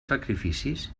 sacrificis